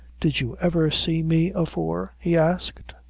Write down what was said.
did you ever see me afore? he asked.